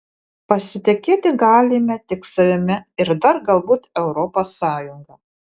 pasitikėti galime tik savimi ir dar galbūt europos sąjunga